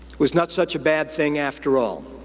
was not such a bad thing after all.